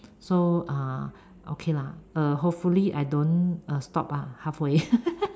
so uh okay lah err hopefully I don't uh stop ah half way